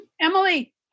Emily